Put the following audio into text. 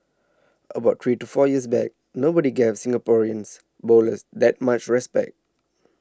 about three to four years back nobody gave Singaporeans bowlers that much respect